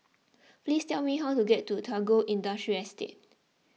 please tell me how to get to Tagore Industrial Estate